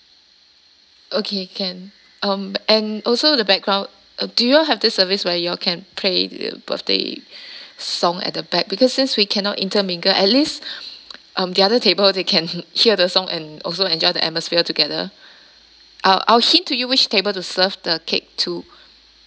okay can um and also the background uh do you have this service where you all can play the birthday song at the back because since we cannot intermingle at least um the other table they can hear the song and also enjoy the atmosphere together I'll I'll hint to you which table to serve the cake to